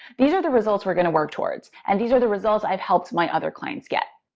these are the results we're going to work towards, and these are the results i've helped my other clients get.